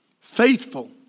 Faithful